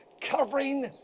covering